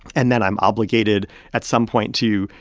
and then i'm obligated at some point to,